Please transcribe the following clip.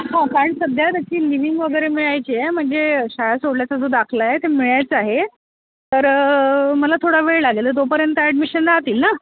हां कारण सध्या त्याची लिविंग वगैरे मिळायची आहे म्हणजे शाळा सोडल्याचा जो दाखला आहे ते मिळायचं आहे तर मला थोडा वेळ लागेल तोपर्यंत ॲडमिशन राहतील ना